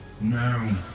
No